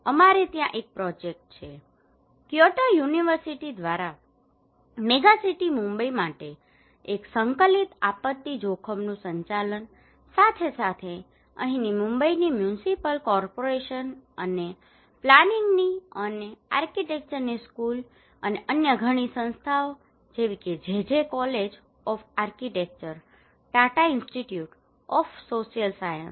અમારે ત્યાં એક પ્રોજેક્ટ છે ક્યોટો યુનિવર્સિટી દ્વારા મેગાસિટી મુંબઇ માટે એક સંકલિત આપત્તિ જોખમનું સંચાલન સાથે સાથે અહીંની મુંબઇની મ્યુનિસિપલ કોર્પોરેશન અને પ્લાનીંગની અને આર્કિટેક્ચરની સ્કૂલ અને અન્ય ઘણી સંસ્થાઓ જેવી કે JJ college of architecture Tata institute of social science